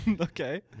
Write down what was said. Okay